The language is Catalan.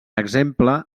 exemple